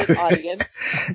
Audience